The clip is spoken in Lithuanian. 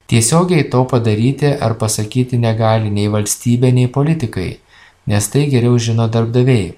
tiesiogiai to padaryti ar pasakyti negali nei valstybė nei politikai nes tai geriau žino darbdaviai